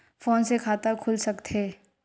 Phone से खाता खुल सकथे?